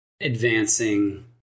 advancing